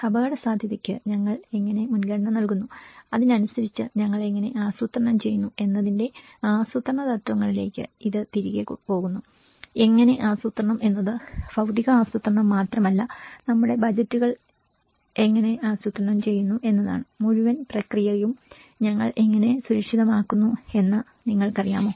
അപകടസാധ്യതയ്ക്ക് ഞങ്ങൾ എങ്ങനെ മുൻഗണന നൽകുന്നു അതിനനുസരിച്ച് ഞങ്ങൾ എങ്ങനെ ആസൂത്രണം ചെയ്യുന്നു എന്നതിന്റെ ആസൂത്രണ തത്വങ്ങളിലേക്ക് ഇത് തിരികെ പോകുന്നുഎങ്ങനെ ആസൂത്രണം എന്നത് ഭൌതിക ആസൂത്രണം മാത്രമല്ലനമ്മുടെ ബജറ്റുകൾ എങ്ങനെ ആസൂത്രണം ചെയ്യുന്നു എന്നതാണ് മുഴുവൻ പ്രക്രിയയും ഞങ്ങൾ എങ്ങനെ സുരക്ഷിതമാക്കുന്നു എന്ന് നിങ്ങൾക്കറിയാമോ